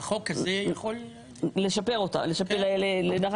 למשל בן גביר.